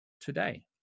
today